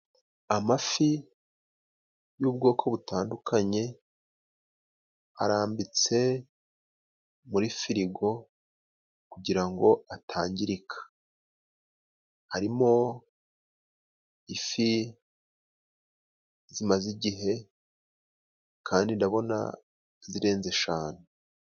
Amafi y'ubwoko butandukanye, arambitse muri firigo kugira ngo atangirika. Harimo ifi zimaze igihe kandi ndabona zirenze eshanu.